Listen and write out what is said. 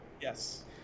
Yes